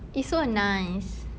it's so nice